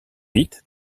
vite